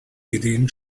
ideen